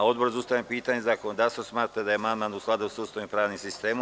Odbor za ustavna pitanja i zakonodavstvo smatra da je amandman u skladu sa Ustavom i pravnim sistemom.